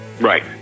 right